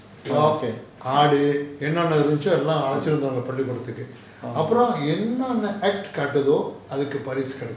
okay